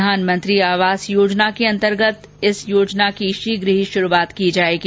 प्रधानमंत्री आवास योजना के अंतर्गत यह योजना की शीघ्र ही शुरूआत की जाएगी